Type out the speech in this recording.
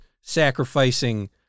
sacrificing